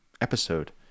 episode